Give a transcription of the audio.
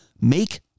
make